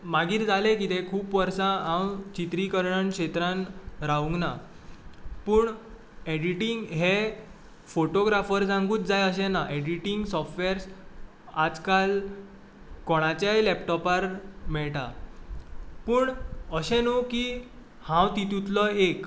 मागीर जालें कितें खूब वर्सा हांव चित्रिकरण क्षेत्रांत रावूंक ना पूण एडिटींग हे फॉटोग्राफर्साकूंच जाय अशें ना एडिटींग सॉफ्टवॅर्स आयज काल कोणाच्याय लॅपटोपार मेळटा पूण अशें न्हू की हांव तितुंतलो एक